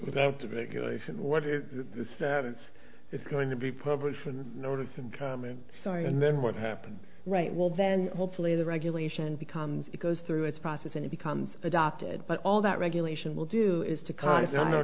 that the regulation what is the status is going to be published and notice and comment sorry and then what happens right will then hopefully the regulation becomes it goes through its process and becomes adopted but all that regulation will do is to cause i